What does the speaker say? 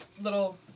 little